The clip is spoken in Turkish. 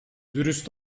dürüst